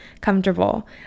comfortable